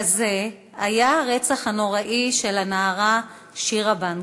כזה היה הרצח הנוראי של הנערה שירה בנקי,